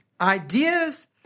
Ideas